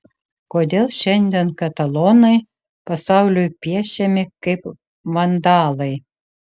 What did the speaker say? kodėl šiandien katalonai pasauliui piešiami kaip vandalai